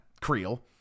Creel